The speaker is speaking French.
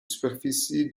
superficie